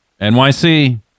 NYC